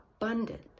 abundant